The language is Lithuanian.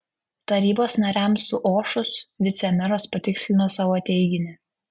tarybos nariams suošus vicemeras patikslino savo teiginį